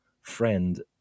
friend